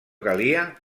calia